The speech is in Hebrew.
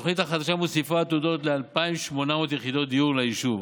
התוכנית החדשה מוסיפה עתודות ל-2,800 יחידות דיור ליישוב.